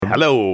Hello